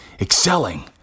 Excelling